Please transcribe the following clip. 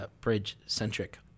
bridge-centric